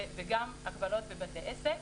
וגם הגבלות בבתי עסק